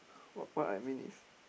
what what I mean is